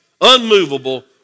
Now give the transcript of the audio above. unmovable